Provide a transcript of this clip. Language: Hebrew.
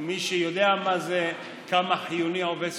כמי שיודע כמה חיוני עובד סוציאלי.